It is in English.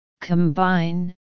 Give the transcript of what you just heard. combine